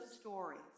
stories